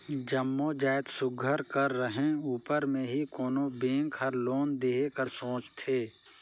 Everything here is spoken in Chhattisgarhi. जम्मो जाएत सुग्घर कर रहें उपर में ही कोनो बेंक हर लोन देहे कर सोंचथे